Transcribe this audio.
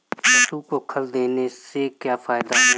पशु को खल देने से क्या फायदे हैं?